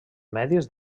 medis